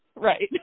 Right